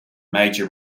major